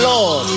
Lord